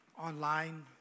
online